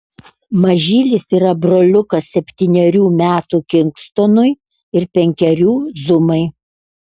mažylis yra broliukas septynerių metų kingstonui ir penkerių zumai